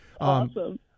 Awesome